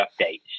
updates